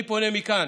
אני פונה מכאן: